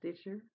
Stitcher